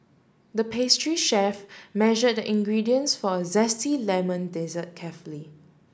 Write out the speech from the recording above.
the pastry chef measured the ingredients for a zesty lemon dessert carefully